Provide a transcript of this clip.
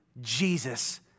Jesus